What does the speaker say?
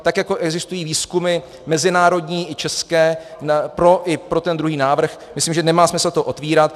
Tak jako existují výzkumy mezinárodní i české pro i pro ten druhý návrh, myslím, že nemá smysl to otevírat.